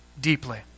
deeply